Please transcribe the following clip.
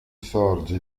sorge